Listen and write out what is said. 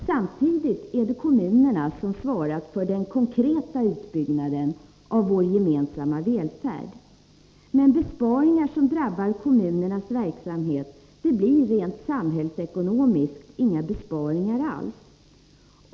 Samtidigt är det kommunerna som svarat för den konkreta utbyggnaden av vår gemensamma välfärd. Men besparingar som drabbar kommunernas verksamhet blir rent samhällsekonomiskt inga besparingar alls.